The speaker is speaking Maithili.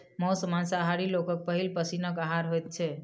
मौस मांसाहारी लोकक पहिल पसीनक आहार होइत छै